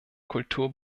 kultur